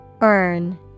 Earn